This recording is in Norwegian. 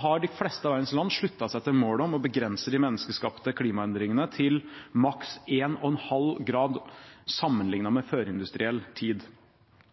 har de fleste av verdens land sluttet seg til målet om å begrense de menneskeskapte klimaendringene til maks 1,5 grader sammenlignet med førindustriell tid. Og når man tar med